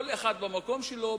כל אחד במקום שלו,